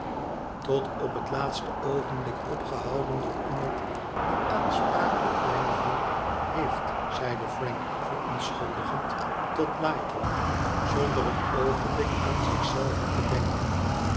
tot op het laatste oogenblik opgehouden door iemand die aanspraak op mijne hulp heeft zeide frank verontschuldigend tot lightwood zonder een oogenblik aan zich zelven te denken